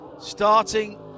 Starting